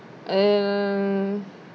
um